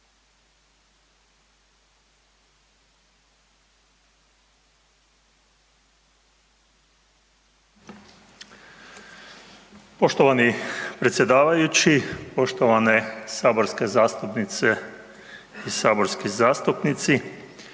Poštovani predsjedavajući, poštovane saborske zastupnice i saborski zastupnici.